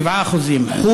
7%; דריג'את,